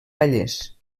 vallès